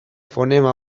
fonema